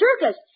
Circus